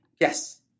Yes